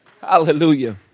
Hallelujah